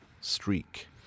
streak